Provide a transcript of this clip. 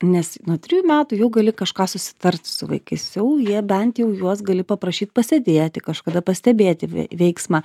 nes nuo trijų metų jau gali kažką susitarti su vaikais jau jie bent jau juos gali paprašyt pasėdėti kažkada pastebėti veiksmą